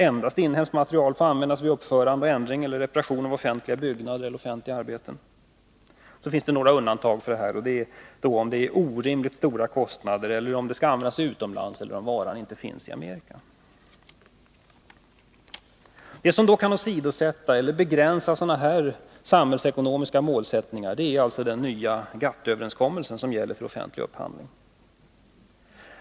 Endast inhemskt material får användas vid uppförande, ändring eller reparation av offentliga byggnader eller offentliga arbeten. Det finns några undantag från dessa regler, nämligen om de medför orimligt stora kostnader, om varan skall användas utomlands eller om den inte finns i Amerika. Det som kan åsidosätta eller begränsa sådana samhällsekonomiska målsättningar är den nya GATT-överenskommelsen som gäller för offentlig upphandling.